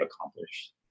accomplished